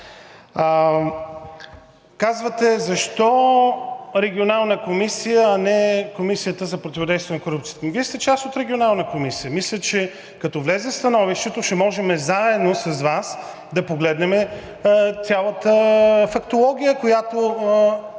Казвате: защо Регионалната комисия, а не Комисията за противодействие на корупцията? Вие сте част от Регионалната комисия – мисля, че като влезе становището, ще можем заедно с Вас да погледнем цялата фактология, която